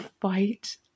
fight